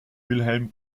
wilhelm